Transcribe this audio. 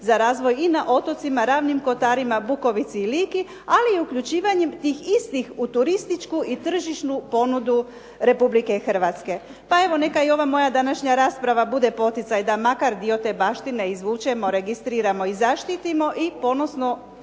za razvoj i na otocima, Ravnim kotarima, Bukovici i Liki, ali i uključivanjem tih istih u turističku i tržišnu ponudu Republike Hrvatske. Pa evo neka i ova moja današnja rasprava bude poticaj da makar dio te baštine izvučemo, registriramo i zaštitimo i ponosno